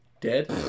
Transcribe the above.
Dead